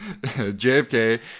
jfk